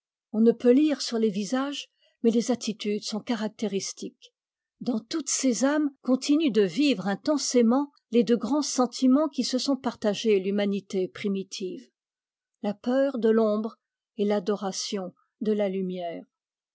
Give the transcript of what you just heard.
on ne peut lire sur les visages mais les attitudes sont caractéristiques dans toutes ces âmes continuent de vivre intensément les deux grands sentiments qui se sont partagé l'humanité primitive la peur de l'ombre et l'adoration de la lumière